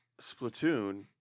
Splatoon